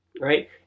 right